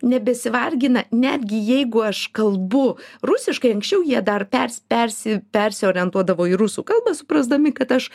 nebesivargina netgi jeigu aš kalbu rusiškai anksčiau jie dar persi persi persiorientuodavo į rusų kalbą suprasdami kad aš